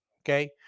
Okay